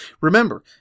remember